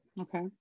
Okay